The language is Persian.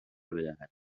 بدهد